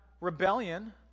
rebellion